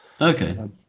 Okay